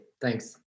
thanks